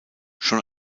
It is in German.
schon